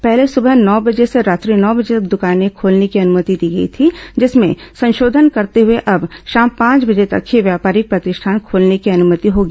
पहले सबह नौ बजे से रात्रि नौ बजे तक दकाने खोलने की अनुमति दी गई थी जिसमें संशोधन करते हुए अब शाम पांच बजे तक ही व्यापारिक प्रतिष्ठान ँखोलने की अनुमति होगी